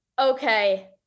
okay